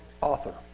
author